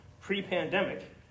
pre-pandemic